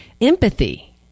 Empathy